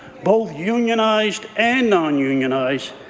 both unionized and non-unionized.